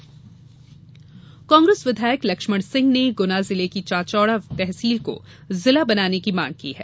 जिला मांग कांग्रेस विधायक लक्ष्मण सिंह ने गुना जिले की चाचौड़ा तहसील को जिला बनाने की मांग की है